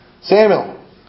Samuel